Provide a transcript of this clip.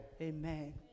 Amen